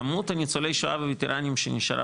כמות ניצולי השואה והווטרנים שנשארה